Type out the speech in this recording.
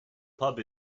pub